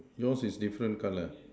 yours is different color